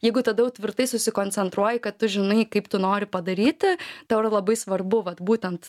jeigu tada jau tvirtai susikoncentruoji kad tu žinai kaip tu nori padaryti tau yra labai svarbu vat būtent